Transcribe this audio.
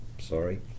Sorry